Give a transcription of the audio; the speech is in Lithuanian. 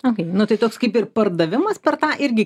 okei nu tai toks kaip ir pardavimas per tą irgi